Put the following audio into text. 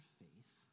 faith